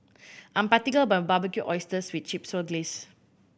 I am particular about my Barbecued Oysters with Chipotle Glaze